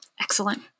Excellent